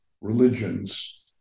religions